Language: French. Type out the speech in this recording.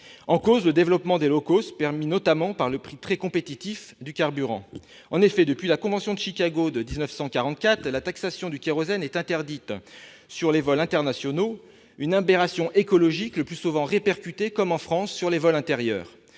En cause, le développement des vols, permis notamment par le prix très compétitif du carburant ... En effet, depuis la convention de Chicago de 1944, la taxation du kérosène est interdite sur les vols internationaux. C'est bien une aberration écologique, le plus souvent répercutée, comme en France, sur les vols intérieurs.